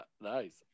nice